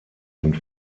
sind